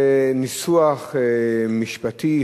זה ניסוח משפטי,